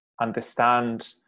understand